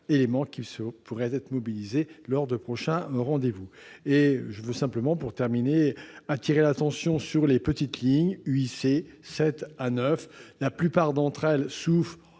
qui pourraient être mobilisés lors de prochains rendez-vous. Permettez-moi pour terminer d'attirer l'attention sur les petites lignes UIC 7 à 9. La plupart d'entre elles souffrent